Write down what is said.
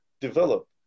develop